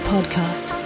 Podcast